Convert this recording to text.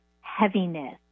heaviness